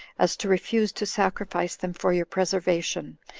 as to refuse to sacrifice them for your preservation,